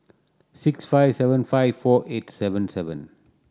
six five seven five four eight seven seven